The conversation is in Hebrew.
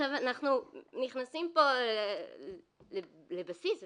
אנחנו נכנסים פה לבסיס המשפט,